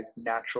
natural